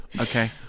Okay